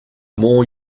more